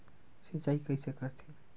सिंचाई कइसे करथे?